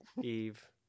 Eve